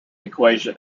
equation